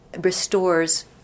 restores